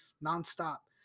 non-stop